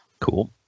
Cool